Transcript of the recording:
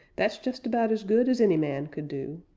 that's just about as good as any man could do!